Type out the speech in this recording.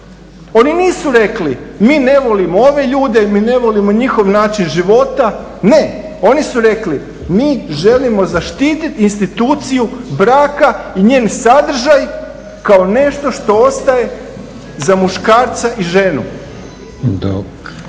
Oni nisu rekli mi ne volimo ove ljude, mi ne volimo njihov način života. Ne, oni su rekli mi želimo zaštiti instituciju braka i njen sadržaj kao nešto što ostaje za muškarca i ženu.